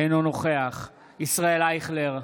אינו נוכח ישראל אייכלר,